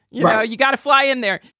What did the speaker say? yeah you got to fly in there.